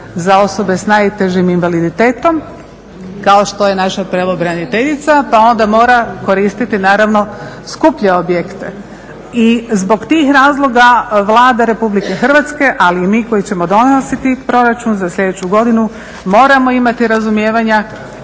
za osobe s najtežim invaliditetom, kao što je naša pravobraniteljica pa onda mora koristiti naravno skuplje objekte. I zbog tih razloga Vlada Republike Hrvatske, ali i mi koji ćemo donositi proračun za sljedeću godinu moramo imati razumijevanja